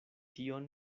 tion